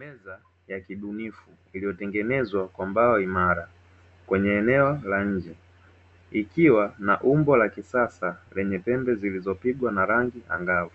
Meza ya ubunifu iliyotengenezwa kwa mbao imara kwenye eneo la nje, ikiwa na umbo la kisasa lenye pembe zilizopikwa na rangi angavu,